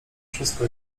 wszystko